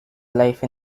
life